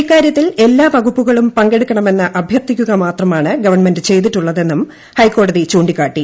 ഇക്കാര്യത്തിൽ എല്ലാ വകുപ്പുകളും പങ്കെടുക്കണമെന്ന് അഭ്യർത്ഥിക്കുക മാത്രമാണ് ഗവൺമെന്റ് ചെയ്തിട്ടുള്ളതെന്നും ഹൈക്കോടതി ചൂണ്ടിക്കാട്ടി